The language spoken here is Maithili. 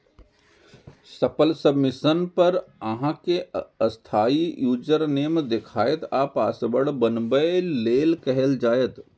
सफल सबमिशन पर अहां कें अस्थायी यूजरनेम देखायत आ पासवर्ड बनबै लेल कहल जायत